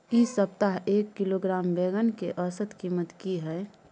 इ सप्ताह एक किलोग्राम बैंगन के औसत कीमत की हय?